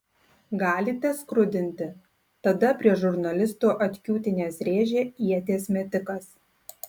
galite skrudinti tada prie žurnalistų atkiūtinęs rėžė ieties metikas